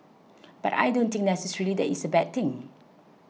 but I don't think necessarily that it's a bad thing